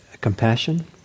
compassion